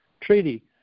treaty